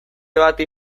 bati